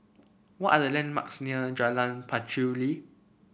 what are the landmarks near Jalan Pacheli